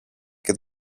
και